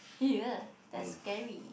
ya that's scary